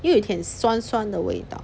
又有一点酸酸的味道